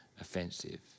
offensive